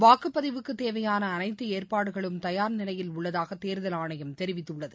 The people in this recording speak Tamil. வாக்குப்பதிவுக்குத் தேவையானஅனைத்துஏற்பாடுகளும் தயாா் நிலையில் உள்ளதாகதேர்தல் ஆணையம் தெரிவித்துள்ளது